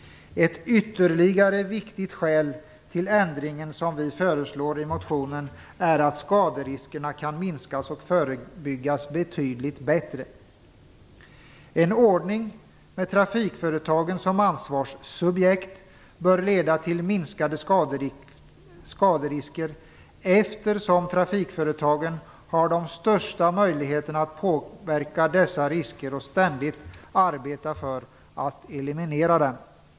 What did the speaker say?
Ett ytterligare viktigt skäl till ändringen som vi föreslår i motionen är att skaderiskerna kan minskas och förebyggas betydligt bättre. En ordning med trafikföretagen som ansvarssubjekt bör leda till minskade skaderisker, eftersom trafikföretagen har de största möjligheterna att påverka dessa risker och att ständigt arbeta för att eliminera dem.